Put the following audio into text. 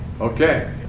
Okay